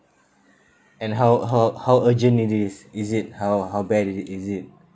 and how how how urgent it is is it how how bad is is it